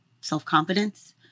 self-confidence